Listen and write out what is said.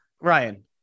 Ryan